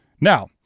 Now